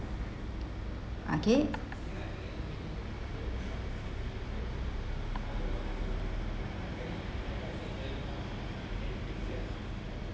okay